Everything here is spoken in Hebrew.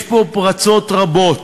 יש פה פרצות רבות.